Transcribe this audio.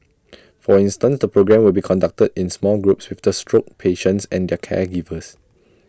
for instance the programme will be conducted in small groups with the stroke patients and their caregivers